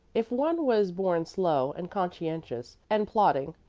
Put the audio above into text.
if one was born slow and conscientious and plodding,